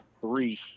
three